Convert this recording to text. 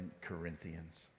Corinthians